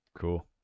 Cool